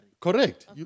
Correct